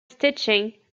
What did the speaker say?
stitching